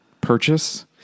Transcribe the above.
purchase